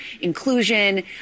inclusion